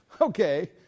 Okay